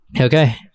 okay